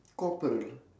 corporal